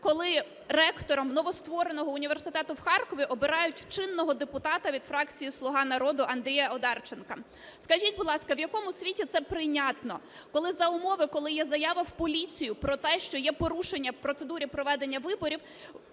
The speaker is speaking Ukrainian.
коли ректором новоствореного університету в Харкові обирають чинного депутата від фракції "Слуга народу" Андрія Одарченка? Скажіть, будь ласка, в якому світі це прийнятно, коли за умови, коли є заява в поліцію про те, що є порушення в процедурі проведення виборів,